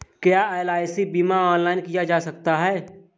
क्या एल.आई.सी बीमा ऑनलाइन किया जा सकता है?